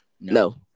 no